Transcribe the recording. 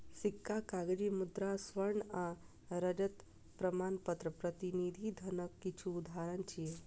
सिक्का, कागजी मुद्रा, स्वर्ण आ रजत प्रमाणपत्र प्रतिनिधि धनक किछु उदाहरण छियै